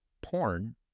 porn